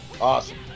Awesome